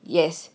yes